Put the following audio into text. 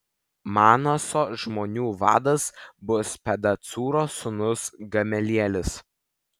manaso žmonių vadas bus pedacūro sūnus gamelielis